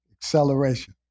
Acceleration